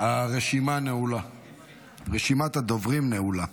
רשימת הדוברים נעולה.